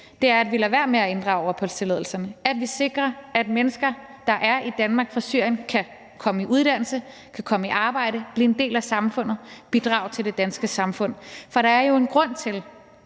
dag, er, at vi lader være med at inddrage opholdstilladelserne; at vi sikrer, at mennesker fra Syrien, der er i Danmark, kan komme i uddannelse, kan komme i arbejde, kan blive en del af samfundet og bidrage til det danske samfund. For der er jo en grund til,